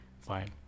fine